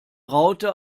raute